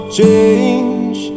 change